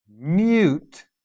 Mute